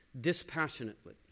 dispassionately